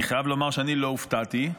שלא הופתעתי.